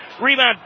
Rebound